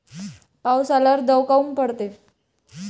पाऊस आल्यावर दव काऊन पडते?